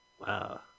Wow